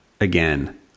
again